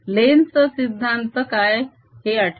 Lenz चा सिद्धांत काय हे आठवा